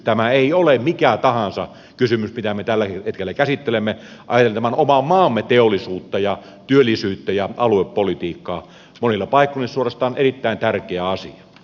tämä ei ole mikä tahansa kysymys mitä me tälläkin hetkellä käsittelemme ajatellen tämän oman maamme teollisuutta ja työllisyyttä ja aluepolitiikkaa monilla paikkakunnilla suorastaan erittäin tärkeä asia